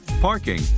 Parking